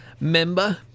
member